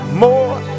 more